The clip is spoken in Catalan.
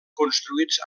construïts